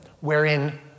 wherein